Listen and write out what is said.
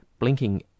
blinking